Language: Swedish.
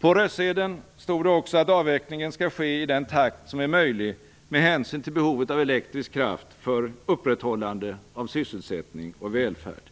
På röstsedeln stod det också att avvecklingen skall ske i den takt som är möjlig med hänsyn till behovet av elektrisk kraft för upprätthållande av sysselsättning och välfärd.